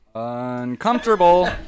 Uncomfortable